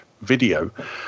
video